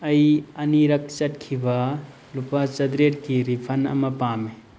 ꯑꯩ ꯑꯅꯤꯔꯛ ꯆꯠꯈꯤꯕ ꯂꯨꯄꯥ ꯆꯥꯇꯔꯦꯠꯀꯤ ꯔꯤꯐꯟ ꯑꯃ ꯄꯥꯝꯃꯤ